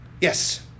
Yes